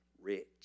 rich